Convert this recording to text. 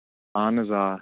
اہن حظ آ